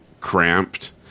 cramped